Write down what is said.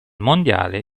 mondiale